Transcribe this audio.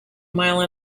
mile